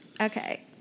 Okay